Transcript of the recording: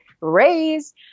Raise